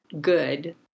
good